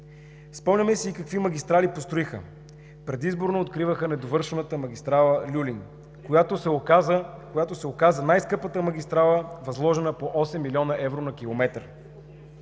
Спомняме си и какви магистрали построиха. Предизборно откриваха недовършената магистрала „Люлин“, която се оказа най-скъпата магистрала, възложена по осем милиона евро на километър.